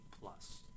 Plus